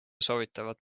soovitavad